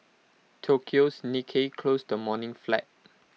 Tokyo's Nikkei closed the morning flat